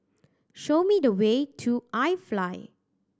show me the way to iFly